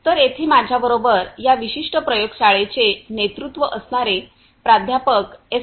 तर येथे माझ्याबरोबर या विशिष्ट प्रयोगशाळेचे नेतृत्व असणारे प्राध्यापक एस